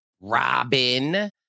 Robin